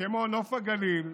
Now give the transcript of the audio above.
כמו נוף הגליל,